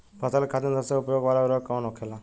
फसल के खातिन सबसे उपयोग वाला उर्वरक कवन होखेला?